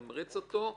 מתמרץ אותו וכו'.